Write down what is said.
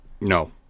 No